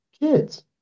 kids